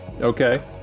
Okay